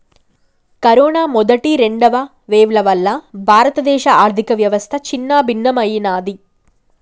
corona మొదటి, రెండవ వేవ్ల వల్ల భారతదేశ ఆర్ధికవ్యవస్థ చిన్నాభిన్నమయ్యినాది